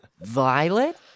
Violet